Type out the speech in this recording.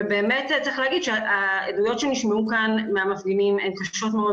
ובאמת צריך להגיד שהעדויות שנשמעו כאן מהמפגינים הן קשות מאוד